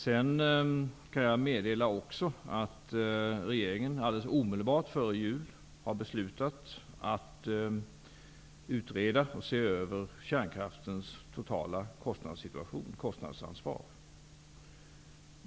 Jag kan också meddela att regeringen omedelbart före jul beslutade att utreda kärnkraftens totala kostnadsansvar.